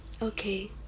okay